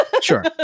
Sure